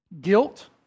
Guilt